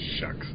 shucks